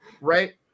right